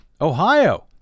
Ohio